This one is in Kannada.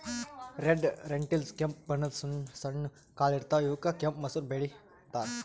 ರೆಡ್ ರೆಂಟಿಲ್ಸ್ ಕೆಂಪ್ ಬಣ್ಣದ್ ಸಣ್ಣ ಸಣ್ಣು ಕಾಳ್ ಇರ್ತವ್ ಇವಕ್ಕ್ ಕೆಂಪ್ ಮಸೂರ್ ಬ್ಯಾಳಿ ಅಂತಾರ್